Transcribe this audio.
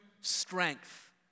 strength